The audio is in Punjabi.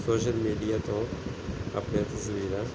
ਸੋਸ਼ਲ ਮੀਡੀਆ ਤੋਂ ਆਪਣੀਆਂ ਤਸਵੀਰਾਂ